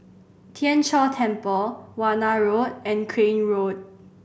Tien Chor Temple Warna Road and Crane Road